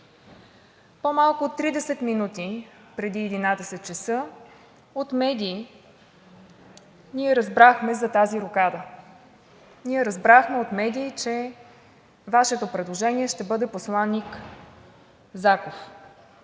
По-малко от 30 минути преди 11,00 ч. от медии ние разбрахме за тази рокада. Ние разбрахме от медии, че Вашето предложение ще бъде посланик Заков.